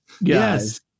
Yes